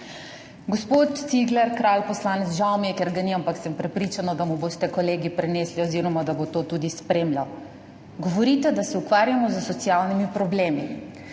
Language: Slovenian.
Gospod Cigler Kralj, poslanec, žal mi je, ker ga ni, ampak sem prepričana, da mu boste kolegi prenesli oziroma da bo to tudi spremljal, govorite, da se ukvarjamo s socialnimi problemi,